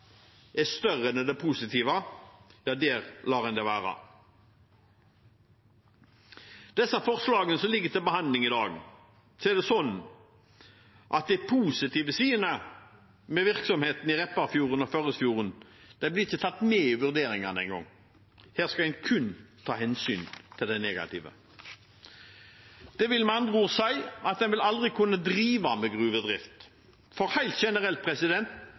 er større enn det positive, lar en det være. Med de forslagene som ligger til behandling i dag, er det sånn at de positive sidene ved virksomheten i Repparfjorden og Førdefjorden ikke engang blir tatt med i vurderingene. Der skal en kun ta hensyn til de negative. Det vil med andre ord si at en aldri vil kunne drive med gruvedrift, for helt generelt